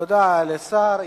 תודה לשר.